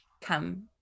come